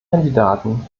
kandidaten